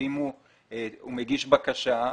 אם הוא מגיש בקשה,